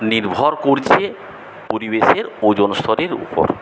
নির্ভর করছে পরিবেশের ওজন স্তরের উপর